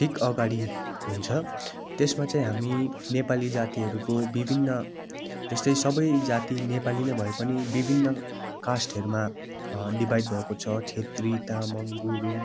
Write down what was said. ठिक अगाडि हुन्छ त्यसमा चाहिँ हामी नेपाली जातिहरूको विभिन्न जस्तै सबै जाति नेपाली नै भए पनि विभिन्न कास्टहरूमा डिभाइड भएको छ छेत्री तामाङ गुरुङ